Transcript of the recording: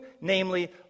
namely